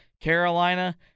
Carolina